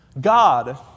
God